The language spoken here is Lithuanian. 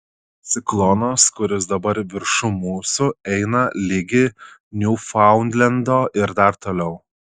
ciklonas kuris dabar viršum mūsų eina ligi niūfaundlendo ir dar toliau